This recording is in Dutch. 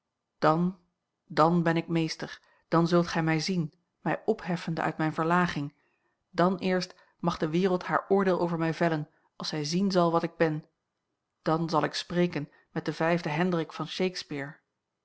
dan dan ben ik meester dan zult gij mij zien mij opheffende uit mijne verlaging dan eerst mag de wereld haar oordeel over mij vellen als zij zien zal wat ik ben dan zal ik spreken met den vijfden hendrik van shakespeare